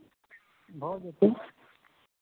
भऽ जेतै